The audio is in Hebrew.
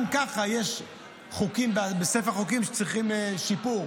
גם ככה יש חוקים בספר החוקים שצריכים שיפור,